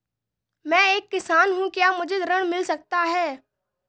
मैं एक किसान हूँ क्या मुझे ऋण मिल सकता है?